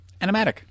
Animatic